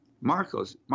Marcos